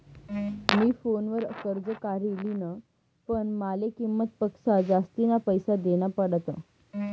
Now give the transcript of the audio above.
मी फोनवर कर्ज काढी लिन्ह, पण माले किंमत पक्सा जास्तीना पैसा देना पडात